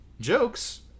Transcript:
Jokes